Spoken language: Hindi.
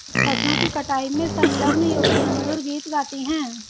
फसलों की कटाई में संलग्न युवतियाँ मधुर गीत गाती हैं